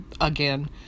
again